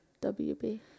W-B